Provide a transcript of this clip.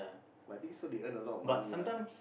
but I think so they earn a lot of money lah